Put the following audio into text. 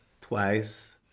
twice